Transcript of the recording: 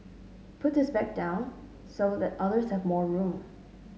puts his bag down so that others have more room